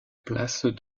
place